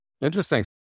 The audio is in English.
Interesting